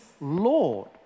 Lord